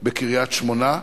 בקריית-שמונה,